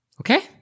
Okay